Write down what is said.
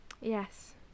Yes